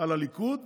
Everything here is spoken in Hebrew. על הליכוד